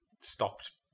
stopped